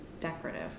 decorative